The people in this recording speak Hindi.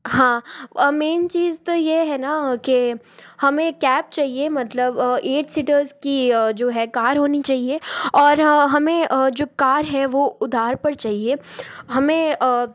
हाँ मेंन चीज तो ये है ना के हमें कैब चहिए मतलब ऐठ सीटर्स की जो है कार होनी चहिए और हमें जो कार है वो उधार पर चहिए हमें